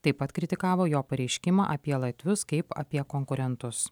taip pat kritikavo jo pareiškimą apie latvius kaip apie konkurentus